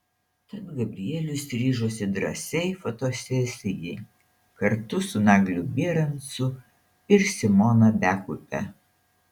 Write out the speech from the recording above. tad gabrielius ryžosi drąsiai fotosesijai kartu su nagliu bierancu ir simona bekupe